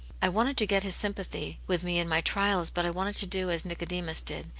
i wanted to get his sympathy with me in my trials, but i wanted to do as nicodemus did,